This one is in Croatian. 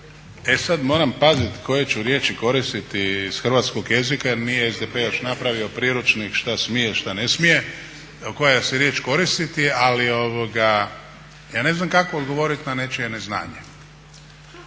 E sada moram paziti koje ću koristiti ih hrvatskog jezika jer nije SDP još napravio priručnik što smije što ne smije, koja se riječ koristiti, ali ja ne znam kako odgovoriti na nečije neznanje.